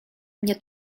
mnie